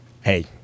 Hey